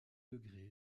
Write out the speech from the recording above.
degré